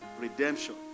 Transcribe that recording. redemption